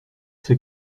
c’est